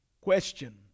Question